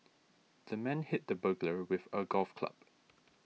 the man hit the burglar with a golf club